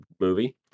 Movie